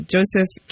Joseph